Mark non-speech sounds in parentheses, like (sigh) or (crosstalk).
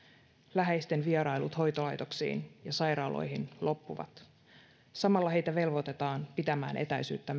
läheisten vierailut hoitolaitoksiin ja sairaaloihin loppuvat samalla heitä velvoitetaan pitämään etäisyyttä (unintelligible)